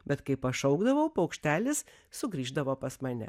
bet kai pašaukdavo paukštelis sugrįždavo pas mane